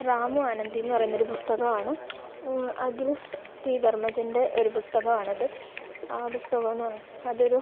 റാമും ആനന്ദീയെന്നു പറയുന്നൊരു പുസ്തകമാണ് അഖിൽ പി ധർമ്മജൻ്റെ ഒരു പുസ്തകമാണത് ആ പുസ്തകമെന്നു പറയുന്ന അതൊരു